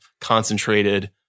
concentrated